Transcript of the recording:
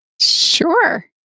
Sure